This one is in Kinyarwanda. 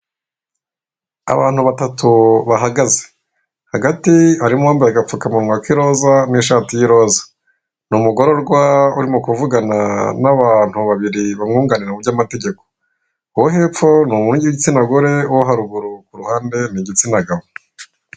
Abantu batatu bahagaze, hagati harimo wambaye agapfukamunwa k'iroza n'ishati y'iroza ni umugororwa urimo kuvugana n'abantu babiri bamwunganira muby'amategeko, uwo hepfo ni uw'igitsina gore uwo haruguru kuruhande ni igitsina gabo